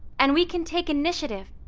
and we can take initiative